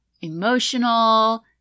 Emotional